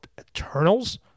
Eternals